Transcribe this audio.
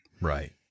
Right